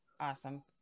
awesome